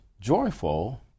joyful